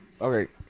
Okay